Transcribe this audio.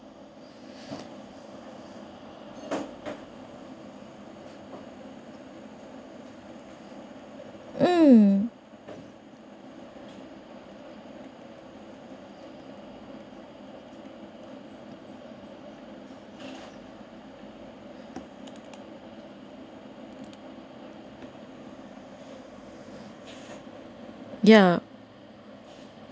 um yup